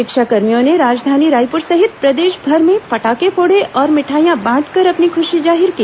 शिक्षाकर्मियों ने राजधानी रायपुर सहित प्रदेशभर में फटाके फोड़े और मिठाइयां बांटकर अपनी खुशी जाहिर की